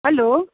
hello